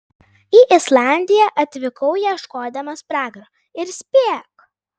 į islandiją atvykau ieškodamas pragaro ir spėk